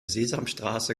sesamstraße